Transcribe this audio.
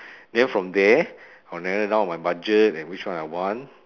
then from there I'll narrow down my budget and which one I want